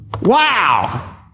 Wow